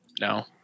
no